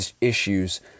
issues